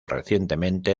recientemente